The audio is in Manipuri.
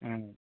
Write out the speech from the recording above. ꯎꯝ